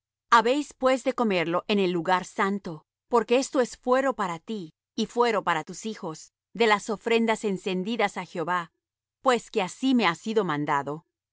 habéis pues de comerlo en el lugar santo porque esto es fuero para ti y fuero para tus hijos de las ofrendas encendidas á jehová pues que así me ha sido mandado